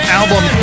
album